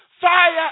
Fire